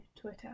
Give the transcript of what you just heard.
Twitter